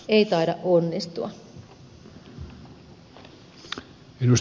ei taida onnistua